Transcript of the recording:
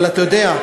אבל אתה יודע,